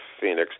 Phoenix